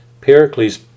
Pericles